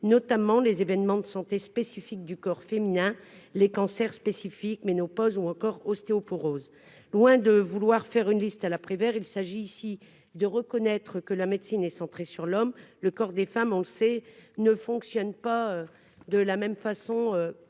notamment les événements de santé spécifique du corps féminin, les cancers spécifiques ménopause ou encore ostéoporose loin de vouloir faire une liste à la Prévert, il s'agit ici de reconnaître que la médecine est centré sur l'homme, le corps des femmes, on le sait, ne fonctionne pas de la même façon